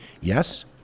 yes